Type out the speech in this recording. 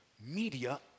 Media